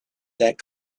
that